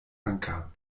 anker